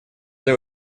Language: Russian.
для